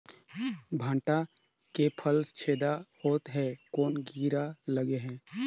भांटा के फल छेदा होत हे कौन कीरा लगे हे?